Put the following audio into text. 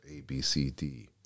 ABCD